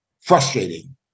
frustrating